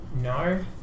No